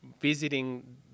visiting